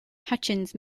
hutchins